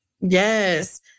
Yes